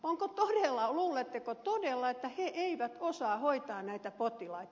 luuletteko todella että he eivät osaa hoitaa näitä potilaita